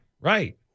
Right